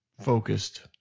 focused